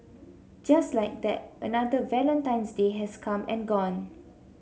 just like that another Valentine's Day has come and gone